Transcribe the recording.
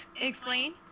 explain